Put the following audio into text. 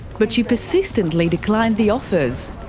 but she persistently declined the offers.